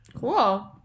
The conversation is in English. Cool